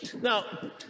Now